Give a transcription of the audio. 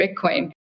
Bitcoin